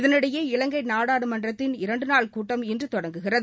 இதனிடையே இலங்கை நாடாளுமன்றத்தின் இரண்டு நாள் கூட்டம் இன்று தொடங்குகிறது